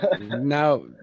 now